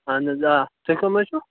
اَہَن حَظ آ تُہۍ کٔم حَظ چھِو